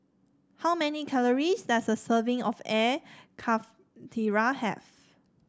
how many calories does a serving of Air Karthira have